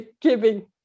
giving